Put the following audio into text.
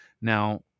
now